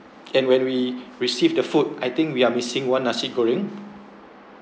and when we received the food I think we are missing one nasi goreng